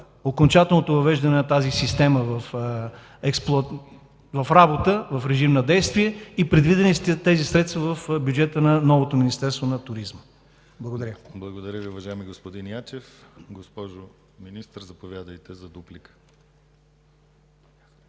окончателното въвеждане на тази система в работа, в режим на действие. Предвидили ли сте тези средства в бюджета на новото Министерство на туризма? Благодаря. ПРЕДСЕДАТЕЛ ДИМИТЪР ГЛАВЧЕВ: Благодаря Ви, уважаеми господин Ячев. Госпожо Министър, заповядайте за дуплика.